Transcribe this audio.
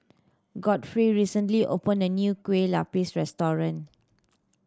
Godfrey recently opened a new Kueh Lapis restaurant